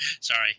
Sorry